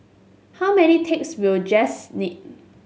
how many tapes will Jess need